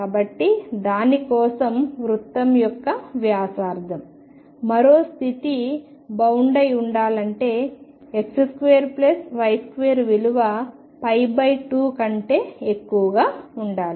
కాబట్టి దాని కోసం వృత్తం యొక్క వ్యాసార్థం మరో స్థితి బౌండ్ అయి ఉండాలంటే X2Y2 విలువ 2 కంటే ఎక్కువగా ఉండాలి